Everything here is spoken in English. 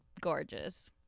gorgeous